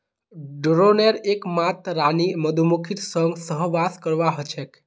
ड्रोनेर एकमात रानी मधुमक्खीर संग सहवास करवा ह छेक